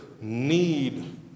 need